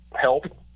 help